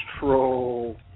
troll